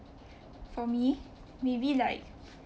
for me maybe like